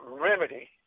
remedy